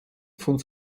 von